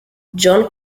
john